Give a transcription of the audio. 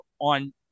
on